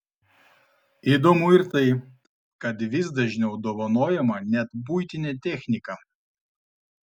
įdomu ir tai kad vis dažniau dovanojama net buitinė technika